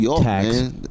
tax